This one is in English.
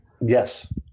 yes